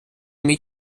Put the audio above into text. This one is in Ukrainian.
мій